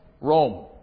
Rome